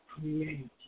create